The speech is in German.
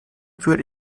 würde